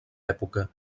època